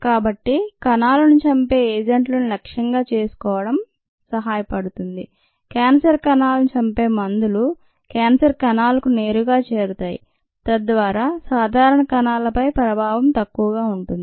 కాబట్టికణాలను చంపే ఏజెంట్లను లక్ష్యంగా చేసుకోవడం సహాయపడుతుంది క్యాన్సర్ కణాలను చంపే మందులు క్యాన్సర్ కణాలకు నేరుగా చేరుతాయి తద్వారా సాధారణ కణాలపై ప్రభావం తక్కువగా ఉంటుంది